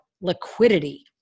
liquidity